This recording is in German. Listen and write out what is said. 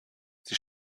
sie